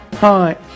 Hi